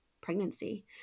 pregnancy